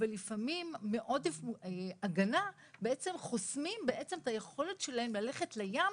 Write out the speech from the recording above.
אבל לפעמים מעודף הגנה חוסמים את היכולת שלהם ללכת לים